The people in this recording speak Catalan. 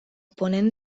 ponent